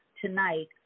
tonight